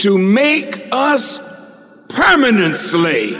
to make us permanent silly